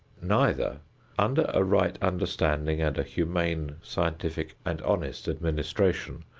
neither under a right understanding, and a humane, scientific and honest administration,